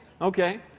Okay